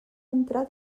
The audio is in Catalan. entrar